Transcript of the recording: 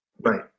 Right